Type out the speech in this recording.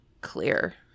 clear